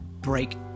break